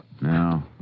No